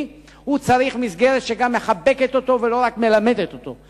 צריך מסגרת שגם מחבקת אותו ולא רק מלמדת אותו.